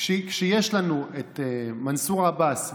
כשיש לנו את מנסור עבאס,